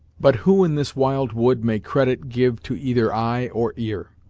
but who in this wild wood may credit give to either eye, or ear?